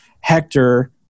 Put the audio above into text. Hector